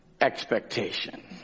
expectation